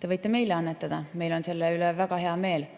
Te võite ka meile annetada, meil on selle üle väga hea meel.